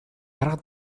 арга